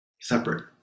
separate